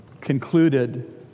concluded